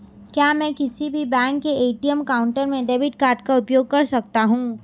क्या मैं किसी भी बैंक के ए.टी.एम काउंटर में डेबिट कार्ड का उपयोग कर सकता हूं?